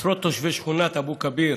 עשרות תושבי שכונת אבו כביר